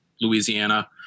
Louisiana